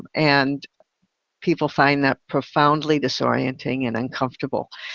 and people find that profoundly disorienting and uncomfortable.